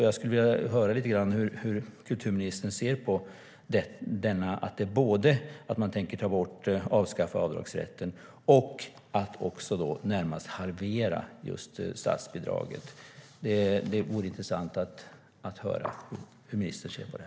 Jag skulle vilja höra hur kulturministern ser på detta att man tänker både avskaffa avdragsrätten och närmast halvera statsbidraget. Det vore intressant att höra hur ministern ser på det.